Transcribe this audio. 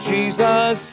Jesus